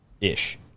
Ish